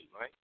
right